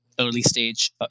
early-stage